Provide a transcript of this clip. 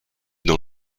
dans